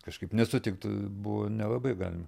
kažkaip nesutikti buvo nelabai galima